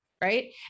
right